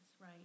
right